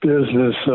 business